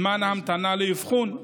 זמן ההמתנה לאבחון,